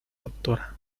doctora